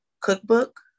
cookbook